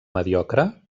mediocre